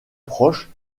proche